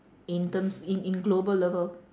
in terms in in global level